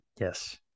Yes